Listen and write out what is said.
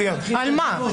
על מה?